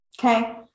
Okay